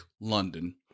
London